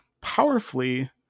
powerfully